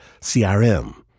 CRM